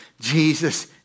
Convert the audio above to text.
Jesus